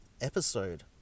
episode